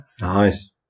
Nice